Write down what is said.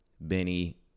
Benny